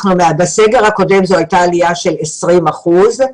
בסגר הקודם הייתה עלייה של 20 אחוזים.